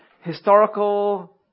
historical